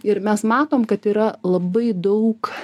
ir mes matom kad yra labai daug